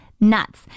nuts